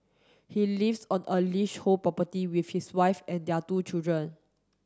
he lives on a leasehold property with his wife and their two children